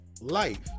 life